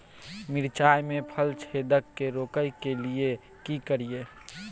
मिर्चाय मे फल छेदक के रोकय के लिये की करियै?